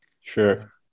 Sure